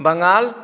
Bengal